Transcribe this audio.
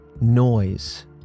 noise